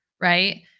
right